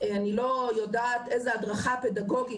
אני לא יודעת איזו הדרכה פדגוגית.